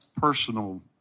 personal